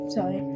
Sorry